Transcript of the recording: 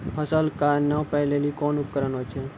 फसल कऽ नापै लेली कोन उपकरण होय छै?